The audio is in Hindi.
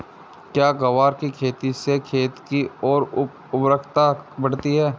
क्या ग्वार की खेती से खेत की ओर उर्वरकता बढ़ती है?